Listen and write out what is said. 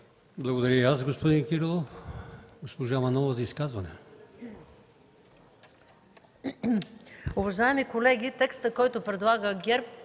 Благодаря и аз, господин Кирилов. Госпожа Манолова – за изказване.